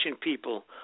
people